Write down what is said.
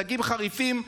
דגים חריפים,